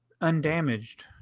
Undamaged